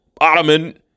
ottoman